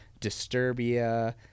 Disturbia